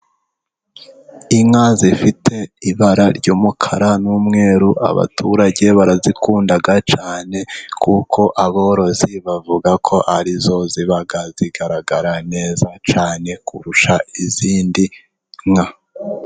Inka zifite ibara ry'umukara, n'umweru abaturage barazikunda cyane, kuko aborozi bavuga ko arizo ziba zigaragara neza cyane kurusha izindi nka.